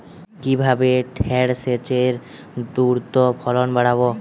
কিভাবে ঢেঁড়সের দ্রুত ফলন বাড়াব?